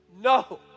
No